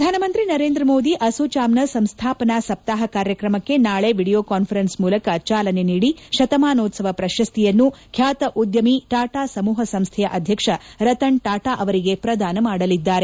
ಪ್ರಧಾನಮಂತ್ರಿ ನರೇಂದ್ರ ಮೋದಿ ಅಸೋಚಾಮ್ನ ಸಂಸ್ಥಾಪನಾ ಸಪ್ತಾಹ ಕಾರ್ಯಕ್ರಮಕ್ಕೆ ನಾಳೆ ವಿಡಿಯೋ ಕಾನ್ಫರೆನ್ಸ್ ಮೂಲಕ ಚಾಲನೆ ನೀಡಿ ಶತಮಾನೋತ್ಲವ ಪ್ರಶತ್ತಿಯನ್ನು ಖ್ಯಾತ ಉದ್ದಮಿ ಟಾಟಾ ಸಮೂಪ ಸಂಸ್ಥೆಯ ಅಧ್ಯಕ್ಷ ರತನ್ ಟಾಟಾ ಅವರಿಗೆ ಪ್ರದಾನ ಮಾಡಲಿದ್ದಾರೆ